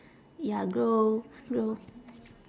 ya grow grow